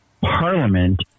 Parliament